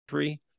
Three